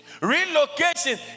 relocation